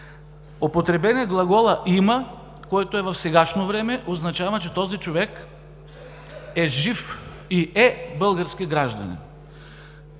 Употребен е глагола „има“, който е в сегашно време. Означава, че този човек е жив и е български гражданин.